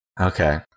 Okay